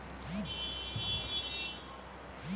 UPI से पईसा देहल केतना सुरक्षित बा?